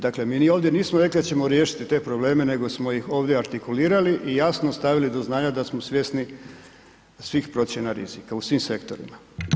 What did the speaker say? Dakle, mi ni ovdje nismo rekli da ćemo riješiti te probleme, nego smo ih ovdje artikulirali i jasno stavili do znanja da smo svjesni svih procjena rizika, u svim sektorima.